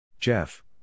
Jeff